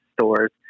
stores